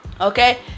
okay